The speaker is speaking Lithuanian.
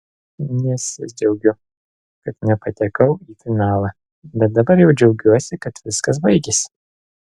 nesidžiaugiu kad nepatekau į finalą bet dabar jau džiaugiuosi kad viskas baigėsi